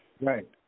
Right